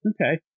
okay